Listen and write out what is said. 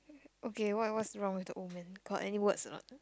okay what what's wrong with the old man got any words or not